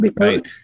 right